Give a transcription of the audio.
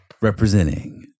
Representing